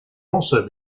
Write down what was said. also